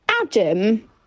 adam